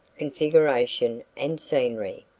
configuration, and scenery.